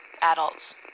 adults